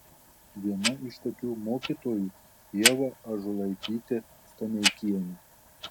viena iš tokių mokytojų ieva ąžuolaitytė staneikienė